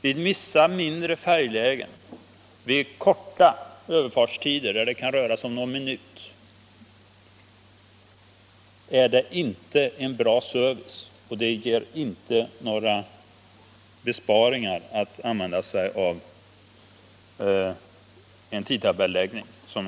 Vid vissa mindre färjelägen och när överfartstiderna är korta — de kan röra sig om någon minut — är det däremot inte en bra service att ha tidtabell och det ger inte, som jag redan har anfört här, några besparingar att använda sig av en tidtabelläggning.